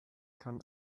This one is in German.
kann